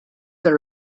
that